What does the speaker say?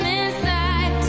inside